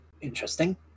interesting